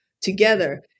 together